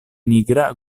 nigra